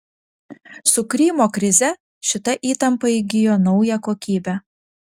su krymo krize šita įtampa įgijo naują kokybę